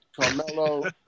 Carmelo